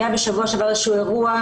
היה בשבוע שעבר איזה שהוא אירוע,